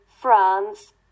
France